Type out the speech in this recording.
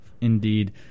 Indeed